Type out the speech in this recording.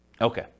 Okay